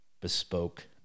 bespoke